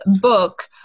book